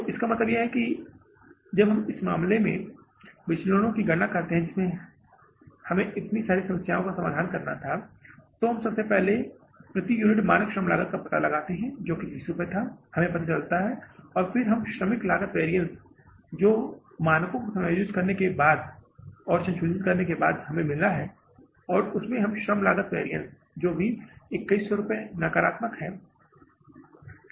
तो इसका मतलब है कि जब हमने इस समग्र मामले में इन सभी विचलनों की गणना की जिसमें हमें इतनी सारी समस्याओं का समाधान करना था तो सबसे पहले प्रति यूनिट मानक श्रम लागत का पता लगाना था जो कि ३० रुपये था जो हमें पता चला और फिर हमें श्रमिक लागत वैरिअन्स पता लगाया जो मानकों को समायोजित करने के बाद मानकों को समायोजित और संशोधित करने के बाद हमें जो श्रम लागत वैरिअन्स मिला और श्रम लागत वैरिअन्स अभी भी 2100 तक नकारात्मक है फिर हमने इसे और विच्छेदित कर दिया